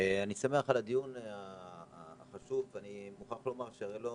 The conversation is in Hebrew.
שמח על הדיון החשוב ואני מוכרח לומר שאני לא